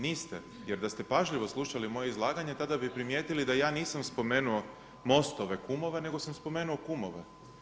Niste, jer da ste pažljivo slušali moje izlaganje, tada bi primijetili da ja nisam spomenuo MOST-ove kumove nego sam spomenuo kumove.